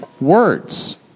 words